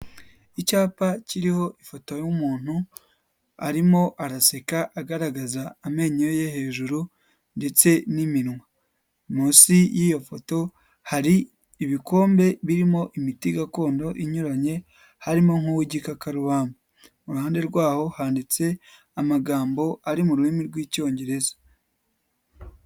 Icyapa kiriho ifoto y'umuntu arimo araseka agaragaza amenyo ye yo hejuru ndetse n'iminwa, munsi y'iyo foto hari ibikombe birimo imiti gakondo inyuranye, harimo nk'uw'igikakarubamba, iruhande rwaho handitse amagambo ari mu rurimi rw'Icyongereza.